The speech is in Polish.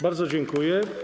Bardzo dziękuję.